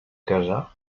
casar